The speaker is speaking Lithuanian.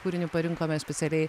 kūrinį parinkome specialiai